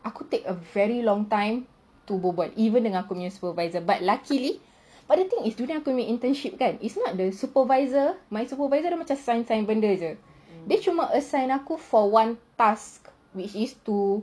aku take a very long time to berbual even dengan aku punya supervisor but luckily but the thing is during aku punya internship kan is not the supervisor my supervisor dia macam assign assign benda jer dia cuma assign aku for one task which is to